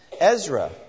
Ezra